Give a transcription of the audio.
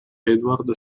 edward